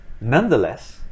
Nonetheless